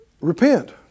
Repent